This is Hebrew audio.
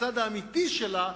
בצד האמיתי שלה,